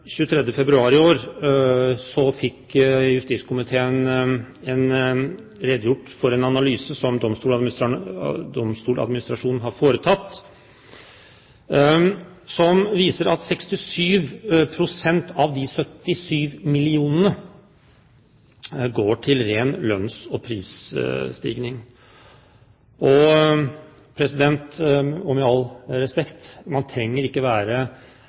23. februar i år fikk justiskomiteen redegjort for en analyse som Domstoladministrasjonen har foretatt, som viser at 67 pst. av de 77 mill. kr går til ren lønns- og prisstigning. Og president, med all respekt, man trenger ikke